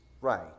right